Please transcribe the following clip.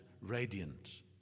radiant